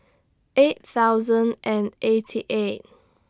eight thousand and eighty eight